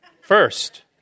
first